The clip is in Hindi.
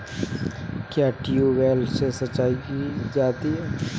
क्या ट्यूबवेल से सिंचाई की जाती है?